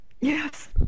yes